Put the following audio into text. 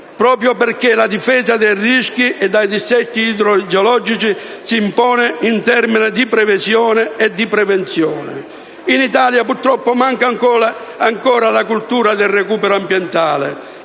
proprio perché la difesa dai rischi e dai dissesti idrogeologici si impone in termini di previsione e di prevenzione. In Italia purtroppo manca ancora la cultura del recupero ambientale,